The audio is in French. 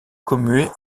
commuée